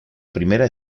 primera